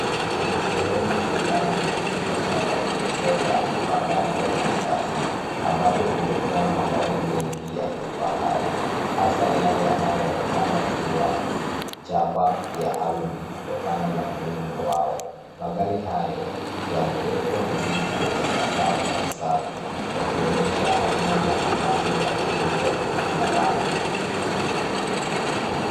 Ni sehemu ya ndani ya chumba cha maonyesho ya magari ya kisasa ambacho kimejaa magari mengi ya kifahari hasa yale yanayoonekana kuwa chapa ya Audi kutokana na muundo wao. Magari hayo yamewekwa vizuri kwenye sakafu safi yakionyesha aina mbalimbali za miundo na rangi.